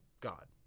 God